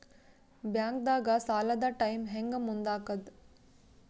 ಬ್ಯಾಂಕ್ದಾಗ ಸಾಲದ ಟೈಮ್ ಹೆಂಗ್ ಮುಂದಾಕದ್?